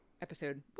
episode